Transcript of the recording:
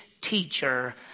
teacher